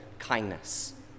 Kindness